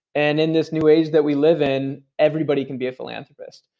and in this new age that we live in, everybody can be a philanthropist.